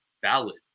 valid